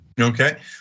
Okay